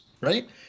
right